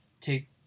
take